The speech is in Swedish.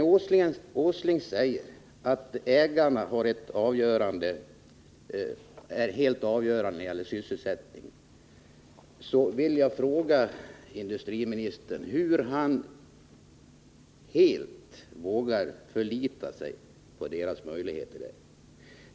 Industriministern säger att ägarna har hela avgörandet när det gäller sysselsättningen, men jag vill fråga honom hur han så helt vågar förlita sig på deras möjligheter.